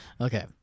Okay